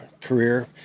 career